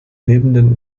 lebenden